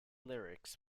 lyrics